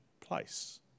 place